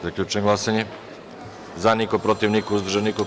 Zaključujem glasanje: za – niko, protiv – niko, uzdržanih – nema.